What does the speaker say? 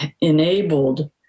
enabled